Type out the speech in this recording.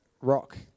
rock